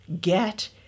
get